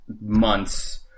months